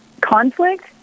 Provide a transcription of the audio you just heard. conflict